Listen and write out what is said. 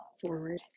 forward